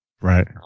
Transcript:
Right